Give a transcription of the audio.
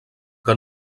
que